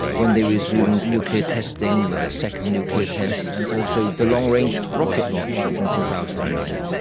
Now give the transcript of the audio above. when they resumed nuclear testing with a second nuclear test, and also the long-range rocket launch in two thousand and nine.